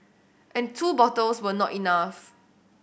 and two bottles were not enough